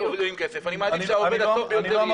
אני מעדיף שהעובד הטוב ביותר יהיה.